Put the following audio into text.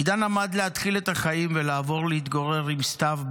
עידן עמד להתחיל את החיים ולעבור להתגורר עם סתיו,